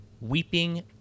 Weeping